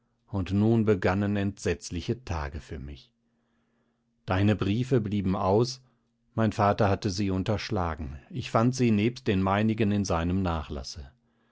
und nun begannen entsetzliche tage für mich deine briefe blieben aus mein vater hatte sie unterschlagen ich fand sie nebst den meinigen in seinem nachlasse